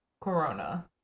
corona